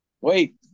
Wait